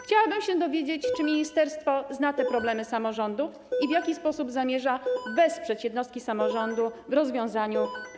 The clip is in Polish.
Chciałabym się dowiedzieć, czy ministerstwo zna te problemy samorządów i w jaki sposób zamierza wesprzeć jednostki samorządu w ich rozwiązaniu.